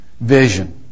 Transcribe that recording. vision